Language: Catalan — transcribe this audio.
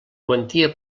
quantia